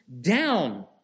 down